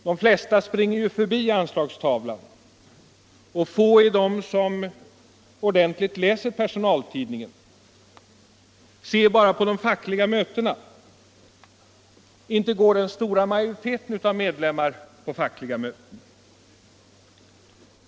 De flesta springer ju förbi anslagstavlan, och få är de som ordentligt läser personaltidningen. Se bara på de fackliga mötena — inte går den stora majoriteten av medlemmar på fackliga möten!